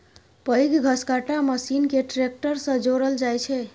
पैघ घसकट्टा मशीन कें ट्रैक्टर सं जोड़ल जाइ छै